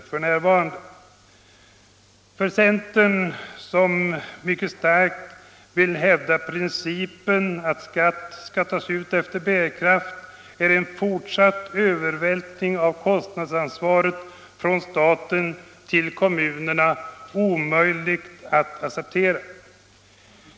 För centern, som mycket starkt vill hävda principen att skatt skall tas ut efter bärkraft, är en fortsatt övervältring av kostnadsansvaret från staten till kommunerna omöjlig att acceptera.